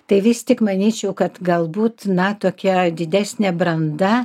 tai vis tik manyčiau kad galbūt na tokia didesnė branda